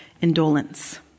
indolence